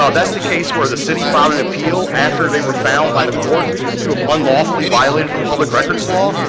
ah that's the case where the city filed an appeal after they were found by the court to have unlawfully violated the public records law.